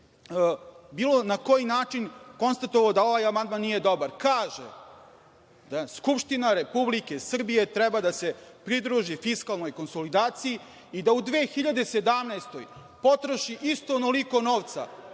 bilo koji način konstatovao da ovaj amandman nije dobar. Kaže – Skupština Republike Srbije treba da se pridruži fiskalnoj konsolidaciji i da u 2017. godini potroši isto onoliko novca